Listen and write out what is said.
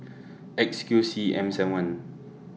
X Q C M seven one